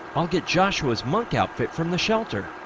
i'll get joshua's monk outfit from the shelter